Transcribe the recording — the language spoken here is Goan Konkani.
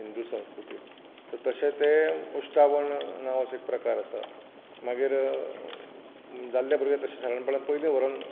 हिंदू संस्कृतींत तर तशें तें उश्टावण नांव अशें प्रकार आसा मागीर जाल्ले भुरग्याक तशें सादारणपणान पयलें व्हरोन